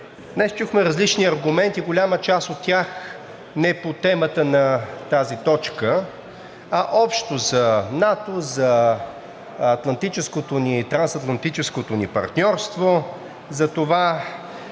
Днес чухме различни аргументи. Голяма част от тях не по темата на тази точка, а общо за НАТО, за трансатлантическото ни партньорство, за това